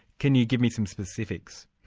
can you give me some specifics?